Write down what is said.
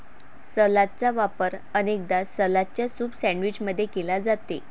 सलादचा वापर अनेकदा सलादच्या सूप सैंडविच मध्ये केला जाते